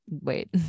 wait